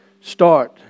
start